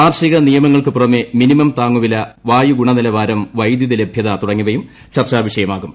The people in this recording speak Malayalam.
കാർഷിക നിയമങ്ങൾക്കു പുറമേ മിനിമം താങ്ങുവില വായു ഗുണനിലവാരം വൈദ്യുതി ലഭ്യത തുടങ്ങിയവയും ചർച്ചാ വിഷയമാകും